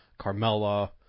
Carmella